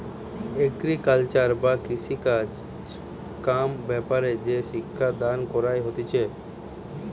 agriculture বা কৃষিকাজ কাম ব্যাপারে যে শিক্ষা দান কইরা হতিছে